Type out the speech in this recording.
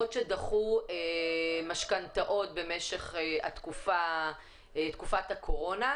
שדחו משכנתאות במשך תקופת הקורונה,